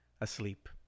asleep